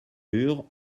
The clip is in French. mur